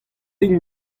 int